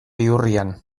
bihurrian